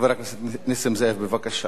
חבר הכנסת נסים זאב, בבקשה.